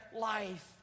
life